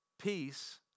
Peace